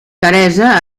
teresa